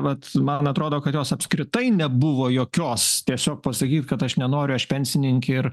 vat man atrodo kad jos apskritai nebuvo jokios tiesiog pasakyt kad aš nenoriu aš pensininkė ir